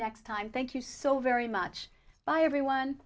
next time thank you so very much by everyone